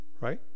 Right